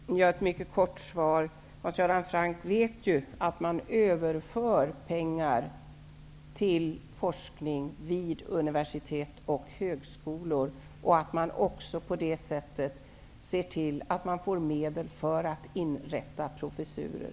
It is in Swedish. Herr talman! Jag skall ge ett mycket kort svar. Hans Göran Franck vet att man överför pengar till forskning vid universitet och högskolor och att man på detta sätt ser till att man också får medel för att inrätta professurer.